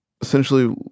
essentially